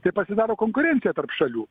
tai pasidaro konkurencija tarp šalių